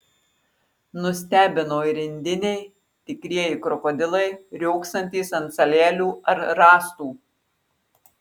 nustebino ir indiniai tikrieji krokodilai riogsantys ant salelių ar rąstų